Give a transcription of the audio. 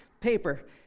paper